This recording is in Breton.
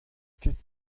kit